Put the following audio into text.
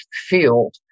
field